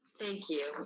thank you,